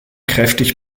kräftig